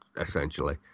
essentially